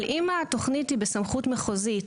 אם התוכנית היא בסמכות מחוזית